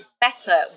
better